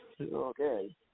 Okay